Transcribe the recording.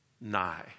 nigh